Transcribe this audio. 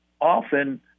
often